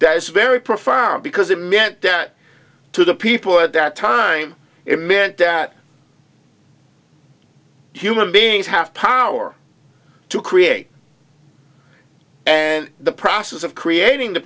that is very profound because it meant that to the people at that time it meant that human beings have power to create and the process of creating the